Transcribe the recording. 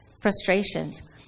frustrations